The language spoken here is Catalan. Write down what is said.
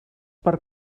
per